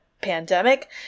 pandemic